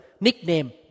nickname